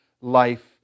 life